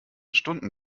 stunden